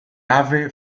ave